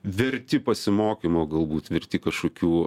verti pasimokymo galbūt verti kažkokių